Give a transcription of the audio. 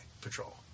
patrol